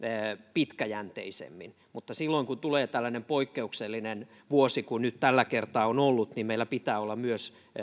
pitkäjänteisemmin mutta silloin kun tulee tällainen poikkeuksellinen vuosi kuin nyt tällä kertaa on ollut meillä pitää olla myös